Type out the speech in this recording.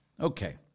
Okay